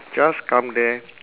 just come there